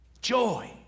Joy